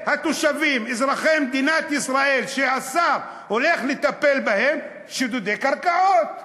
התושבים אזרחי מדינת ישראל שהשר הולך לטפל בהם "שודדי קרקעות".